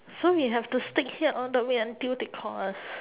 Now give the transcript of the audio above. so we have to stick here all the way until they call us